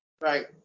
Right